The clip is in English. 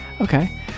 okay